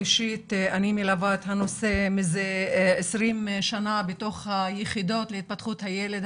אישית אני מלווה את הנושא מזה 20 שנה בתוך היחידות להתפתחות הילד,